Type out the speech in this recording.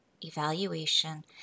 Evaluation